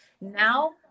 now